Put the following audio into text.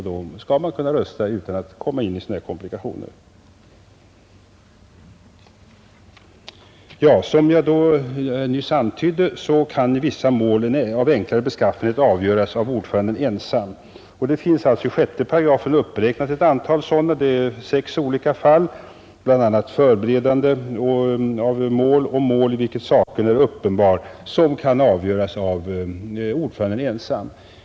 Då skall man kunna rösta utan den komplikation som ett jämnt antal ledamöter kan medföra. Som jag nyss antydde kan vissa mål av enklare beskaffenhet avgöras av ordföranden ensam, och i 6 § är sex sådana fall uppräknade. Bl. a. när det gäller förberedande av mål och mål i vilka saken är uppenbar kan ordföranden ensam fälla avgörandet.